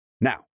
Now